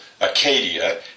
Acadia